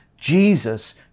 Jesus